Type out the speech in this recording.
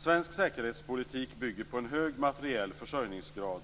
Svensk säkerhetspolitik bygger på en hög materiell försörjningsgrad,